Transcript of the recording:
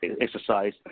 exercise